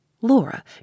Laura